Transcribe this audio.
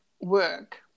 work